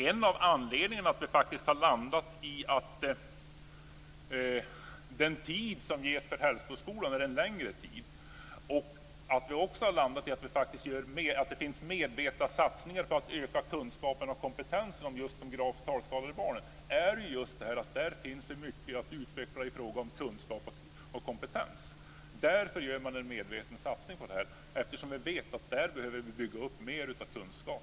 En av anledningarna till att vi har landat i att Hällsboskolan ges en längre tid och att vi faktiskt gör mer - det finns medvetna satsningar på att öka kunskapen och kompetensen om just de gravt talskadade barnen - är att det där finns mycket att utveckla i fråga om kunskap och kompetens. Därför gör man en medveten satsning på det här, eftersom vi vet att vi där behöver bygga upp mer av kunskap.